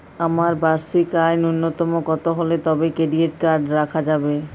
আমার বার্ষিক আয় ন্যুনতম কত হলে তবেই ক্রেডিট কার্ড রাখা যাবে?